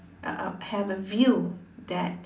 uh uh have a view that